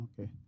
Okay